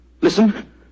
Listen